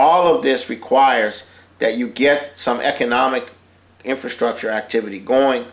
all of this requires that you get some economic infrastructure activity going